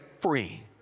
free